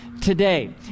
today